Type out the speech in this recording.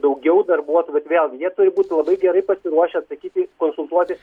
daugiau darbuotojų bet vėlgi jie turi būti labai gerai pasiruošę atsakyti konsultuoti